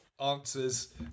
answers